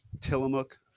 Tillamook